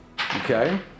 Okay